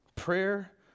Prayer